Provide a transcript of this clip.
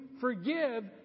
forgive